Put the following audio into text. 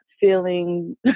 feeling